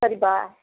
சரிப்பா